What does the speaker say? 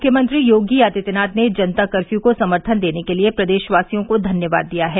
मुख्यमंत्री योगी आदित्यनाथ ने जनता कर्फ्यू को समर्थन देने के लिए प्रदेशवासियों को धन्यवाद दिया है